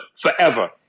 forever